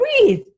Breathe